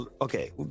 okay